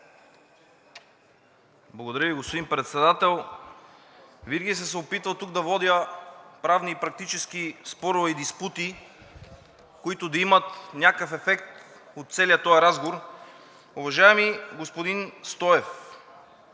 Благодаря Ви, господин Председател. Винаги съм се опитвал тук да водя правни и практически спорове и диспути, които да имат някакъв ефект от целия този разговор. Уважаеми господин Стоев,